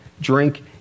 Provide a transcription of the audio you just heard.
drink